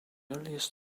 earliest